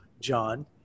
John